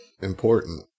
important